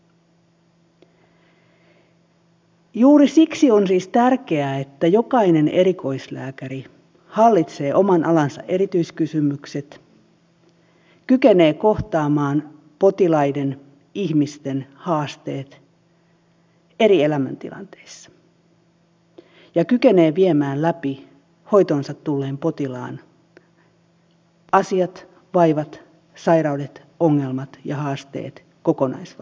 juuri siksi on siis tärkeää että jokainen erikoislääkäri hallitsee oman alansa erityiskysymykset kykenee kohtaamaan potilaiden ihmisten haasteet eri elämäntilanteissa ja kykenee viemään läpi hoitoonsa tulleen potilaan asiat vaivat sairaudet ongelmat ja haasteet kokonaisvaltaisesti